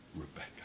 Rebecca